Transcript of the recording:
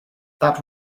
that